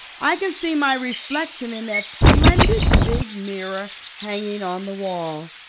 i can see my reflection in that splendid big mirror hanging on the wall.